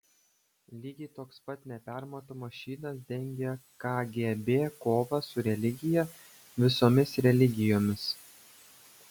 lygiai toks pat nepermatomas šydas dengia kgb kovą su religija visomis religijomis